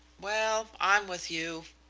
well, i'm with you.